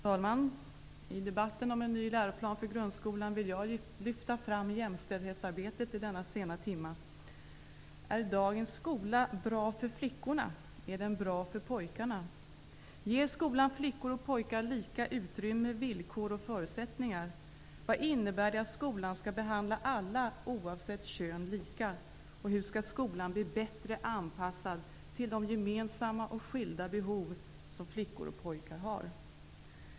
Fru talman! I debatten om en ny läroplan för grundskolan vill jag i denna sena timma lyfta fram jämställdhetsarbetet. Är dagens skola bra för flickorna? Är den bra för pojkarna? Ger skolan flickor och pojkar lika utrymme, villkor och förutsättningar? Vad innebär det att skolan skall behandla alla -- oavsett kön -- lika? Hur skall skolan bli bättre anpassad till de gemensamma och skilda behov som flickor och pojkar har?